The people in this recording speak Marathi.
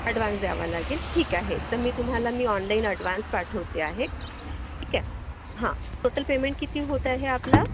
ॲडव्हान्स द्यावा लागेल ठीक आहे तर मी तुम्हाला मी ऑनलाईन अडव्हान्स पाठवते आहे ठीक आहे हा टोटल पेमेंट किती होत आहे आपला